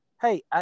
Hey